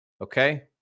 Okay